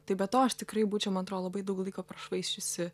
tai be to aš tikrai būčiau man atrodo labai daug laiko prašvaisčiusi